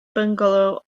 byngalo